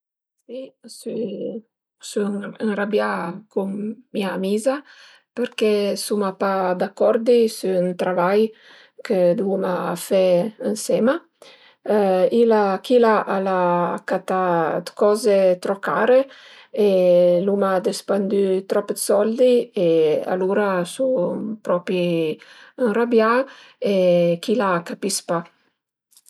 Si sun ënrabià cun mia amiza perché suma pa d'acordi sü ün travai che l'uma fe ënsema. Chila al a catà d'coze trop care e l'uma despendü trop d'soldi e alura sun propi ënrabià a chila a capis pa